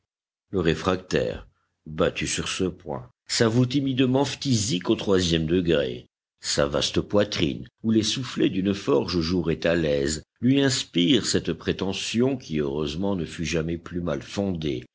le réfractaire battu sur ce point s'avoue timidement phtisique au troisième degré sa vaste poitrine où les soufflets d'une forge joueraient à l'aise lui inspire cette prétention qui heureusement ne fut jamais plus mal fondée